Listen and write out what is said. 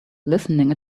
listening